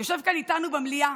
יושב איתנו כאן במליאה,